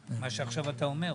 מה שעכשיו אתה אומר.